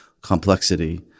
complexity